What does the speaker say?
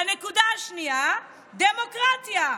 והנקודה השנייה, דמוקרטיה.